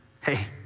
hey